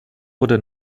wurde